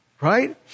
right